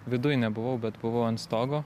viduj nebuvau bet buvau ant stogo